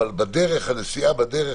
אבל הנסיעה בדרך,